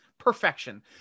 perfection